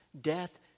death